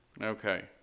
okay